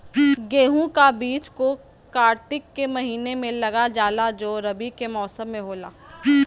गेहूं का बीज को कार्तिक के महीना में लगा जाला जो रवि के मौसम में होला